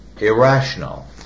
irrational